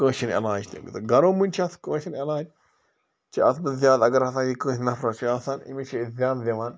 کٲشُرعلاج تہِ گَرو منٛز چھِ اَتھ کٲشُر علاج چھِ اَتھ منٛز زیادٕ اگر ہَسا یہِ کٲنٛسہِ نفرَس چھِ آسان أمِس چھِ أسۍ زیادٕ دِوان